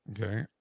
Okay